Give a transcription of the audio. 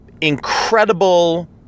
incredible